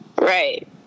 Right